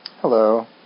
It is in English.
Hello